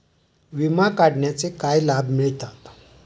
विमा काढण्याचे काय लाभ मिळतात?